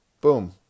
Boom